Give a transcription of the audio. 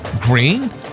Green